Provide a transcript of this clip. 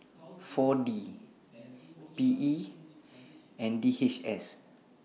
four D P E and D H S